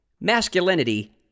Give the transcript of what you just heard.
Masculinity